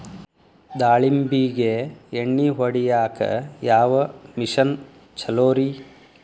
ದಾಳಿಂಬಿಗೆ ಎಣ್ಣಿ ಹೊಡಿಯಾಕ ಯಾವ ಮಿಷನ್ ಛಲೋರಿ?